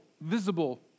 visible